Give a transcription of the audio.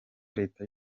leta